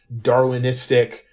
Darwinistic